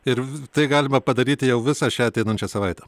ir tai galima padaryti jau visą šią ateinančią savaitę